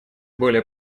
более